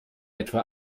etwa